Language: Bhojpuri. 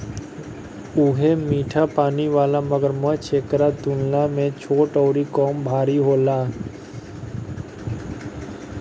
उहे मीठा पानी वाला मगरमच्छ एकरा तुलना में छोट अउरी कम भारी होला